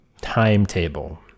timetable